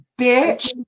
bitch